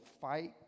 fight